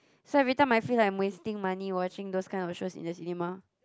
so every time I feel like I'm wasting money watching those kind of shows in the cinema